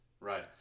Right